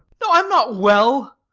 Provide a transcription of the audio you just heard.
no, i am not well.